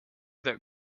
that